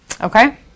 Okay